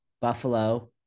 Buffalo